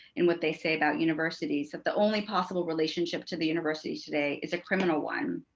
and what they say about universities, that the only possible relationship to the university today is a criminal one.